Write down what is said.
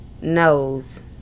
knows